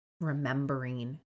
remembering